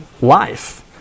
life